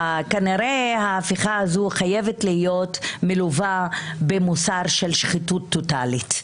כנראה ההפיכה הזאת חייבת להיות מלווה במוסר של שחיתות טוטלית.